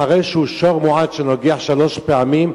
אחרי ששור מועד נוגח שלוש פעמים,